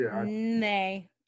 Nay